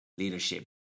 leadership